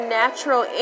natural